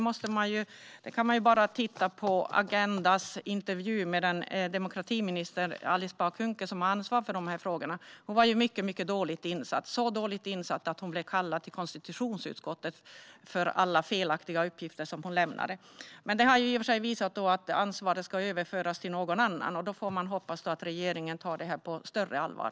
Man kan till exempel titta på Agendas intervju med demokratiminister Alice Bah Kuhnke, som har ansvar för dessa frågor. Hon var mycket dåligt insatt - så dåligt insatt att hon blev kallad till konstitutionsutskottet på grund av alla felaktiga uppgifter som hon lämnade. Nu ska ansvaret överföras till någon annan, och vi får hoppas att regeringen tar detta på större allvar.